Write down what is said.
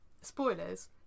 spoilers